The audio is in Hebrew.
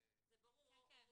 זה ברור.